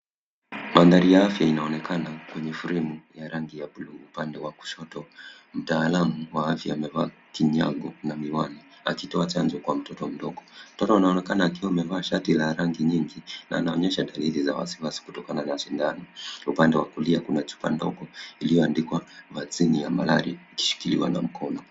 Mandhari ya afya inaonekana kwenye fremu ya bluu. Upande wa kushoto mtaalamu wa afya amevaa kinyago kinywani akitoa chanjo kwa mtoto mdogo. Mtoto anaonekana akiwa amevaa shati la rangi nyingi na anaonyesha dalili za wasiwasi kutokana na sindano. Upande wa kulia kuna chupa ndogo iliyoandikwa vaccine ya malaria ikishikiliwa na mkono.